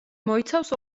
მოიცავს